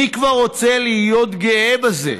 מי כבר רוצה להיות גאה בזה?